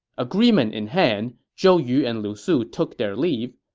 agreement in hand, zhou yu and lu su took their leave.